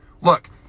Look